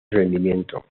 rendimiento